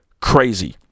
crazy